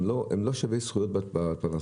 הם לא שווי זכויות בפרנסה.